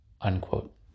unquote